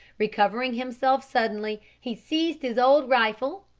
recovering himself suddenly he seized his old rifle,